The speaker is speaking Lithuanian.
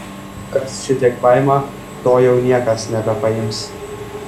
kas šitiek paima to jau niekas nebepaims